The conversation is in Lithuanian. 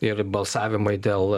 ir balsavimai dėl